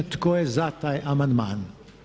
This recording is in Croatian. Tko je za taj amandman?